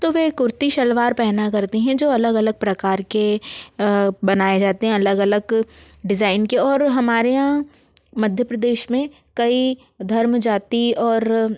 तो वह कुर्ती सलवार पहना करती हैं जो अलग अलग प्रकार के बनाए जाते हैं अलग अलग डिज़ाइन के और हमारे यहाँ मध्य प्रदेश में कई धर्म जाति और